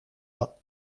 pas